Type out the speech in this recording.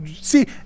See